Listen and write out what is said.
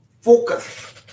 focus